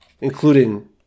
including